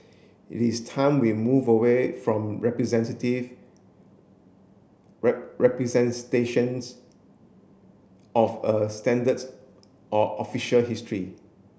it is time we move away from representative representations of a standard or official history